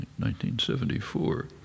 1974